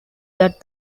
that